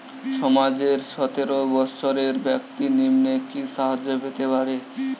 সমাজের সতেরো বৎসরের ব্যাক্তির নিম্নে কি সাহায্য পেতে পারে?